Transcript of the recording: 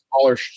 smaller